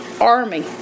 army